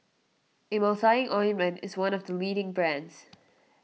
Emulsying Ointment is one of the leading brands